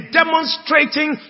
demonstrating